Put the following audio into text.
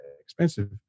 expensive